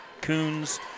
Coons